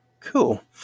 Cool